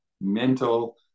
mental